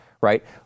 Right